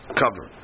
cover